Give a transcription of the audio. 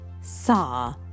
saw